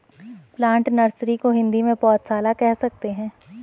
plant nursery को हिंदी में पौधशाला कह सकते हैं